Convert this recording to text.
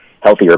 healthier